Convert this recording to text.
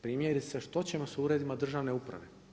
Primjerice što ćemo s uredbama državne uprave?